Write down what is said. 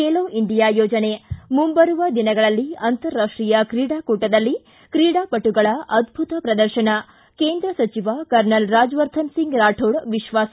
ಬೇಲೋ India ಯೋಜನೆ ಮುಂಬರುವ ದಿನಗಳಲ್ಲಿ ಅಂತರಾಷ್ಟೀಯ ಕ್ರೀಡಾ ಕೂಟದಲ್ಲಿ ಕ್ರೀಡಾಪಟುಗಳ ಅದ್ದುತ ಪ್ರದರ್ಶನ ಕೇಂದ್ರ ಸಚಿವ ಕರ್ನಲ್ ರಾಜವರ್ಧನ್ ಸಿಂಗ್ ರಾಕೋಡ್ ವಿಶ್ವಾಸ